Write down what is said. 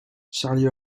charlie